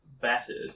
battered